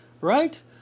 Right